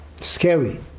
Scary